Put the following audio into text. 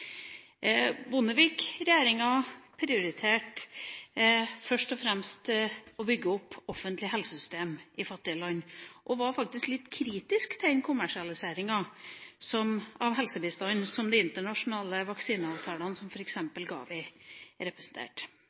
prioriterte først og fremst å bygge opp offentlige helsesystemer i fattige land og var faktisk litt kritisk til den kommersialiseringa av helsebistanden som de internasjonale vaksineavtalene, f.eks. GAVI, representerte. Vi